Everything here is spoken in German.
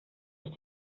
ist